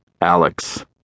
Alex